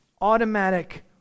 automatic